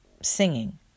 singing